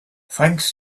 thanks